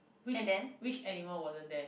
which which animal wasn't there